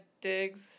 digs